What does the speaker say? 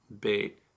bait